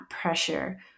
pressure